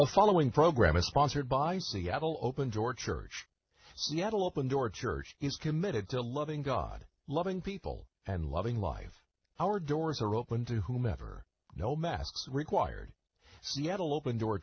the following program is sponsored by seattle open door church seattle open door church is committed to loving god loving people and loving life our doors are open to whomever no masks required seattle open door